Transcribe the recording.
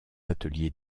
atelier